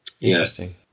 interesting